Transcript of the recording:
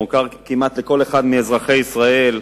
והוא מוכר כמעט לכל אחד מאזרחי ישראל.